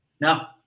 No